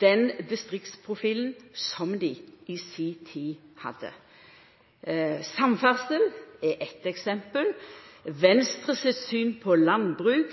den distriktsprofilen som dei i si tid hadde. Samferdsel er eitt eksempel, og Venstre sitt syn på landbruk